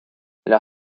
leur